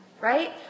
right